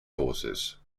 forces